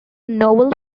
novel